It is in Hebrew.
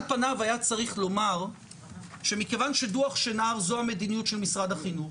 על פניו היה צריך לומר שמכיוון שדוח שנהר זו המדיניות של משרד החינוך